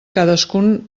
cadascun